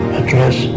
address